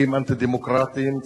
חוקים אנטי-דמוקרטיים,